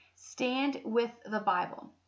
StandWithTheBible